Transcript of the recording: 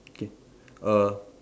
okay err